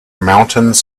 mountains